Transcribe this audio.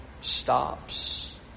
stops